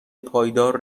پایدار